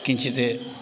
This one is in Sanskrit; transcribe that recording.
किञ्चित्